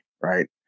right